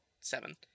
seven